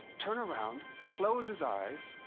turn around, close his eyes,